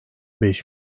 beş